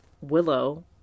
Willow